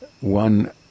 One